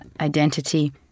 identity